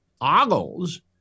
ogles